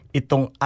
itong